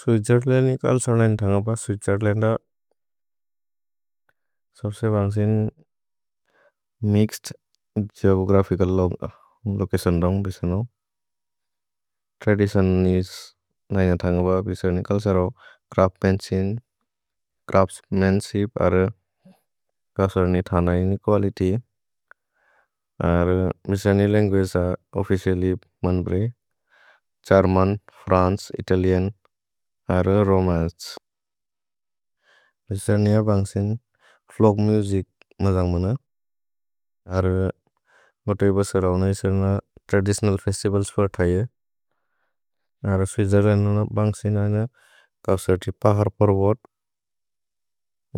Switzerland नि कल्सर्ने नि थन्गब। स्वित्जेर्लन्द् द सर्से वन्क्सिन् मिक्सेद् गेओग्रफिचल् लोचतिओन् रन्ग् बेसनु। त्रदितिओन् नि नैन थन्गब। भेसन् नि कल्सरो, च्रफ्त्मन्शिप् अरे कल्सर्ने थन्गन इनेकुअलित्य्। अरे मिसनि लन्गुअगे अरे ओफ्फिचिअल्ल्य् मन्प्रे। अरे गेर्मन्, फ्रन्चे, इतलिअन् अरे रोमन्चे। भेसन् निय वन्क्सिन् फ्लोग् मुसिच् मजन्ग्मन। अरे गोतोइबस रौन इसन त्रदितिओनल् फेस्तिवल्स् फतय। अरे स्वित्जेर्लन्द् नैन वन्क्सिन् ऐन कल्सर्ति पहर् पर्वत्।